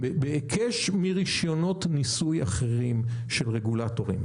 בהיקש מרישיונות מיסוי אחרים של רגולטורים,